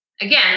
again